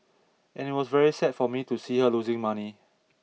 and it was very sad for me to see her losing money